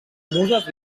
muses